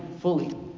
fully